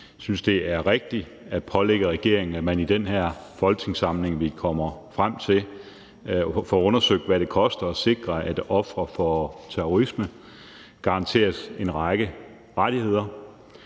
vi synes, at det er rigtigt at pålægge regeringen, at man i den folketingssamling, vi kommer frem til, får undersøgt, hvad det koster at sikre, at ofre for terrorisme garanteres en række rettigheder.